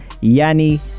Yanni